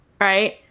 right